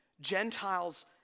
Gentiles